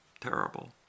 Terrible